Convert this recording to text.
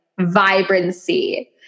vibrancy